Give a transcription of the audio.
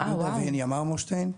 יהודה והניה מרמורשטיין,